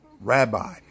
rabbi